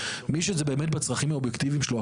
מי שזה באמת בצרכים האובייקטיביים שלו,